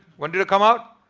when did it come out?